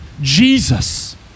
Jesus